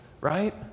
right